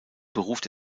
beruft